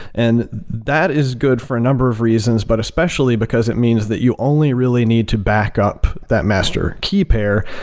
and that is good for a number of reasons, but especially because it means that you only really need to back up that master key pair,